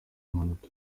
impanuka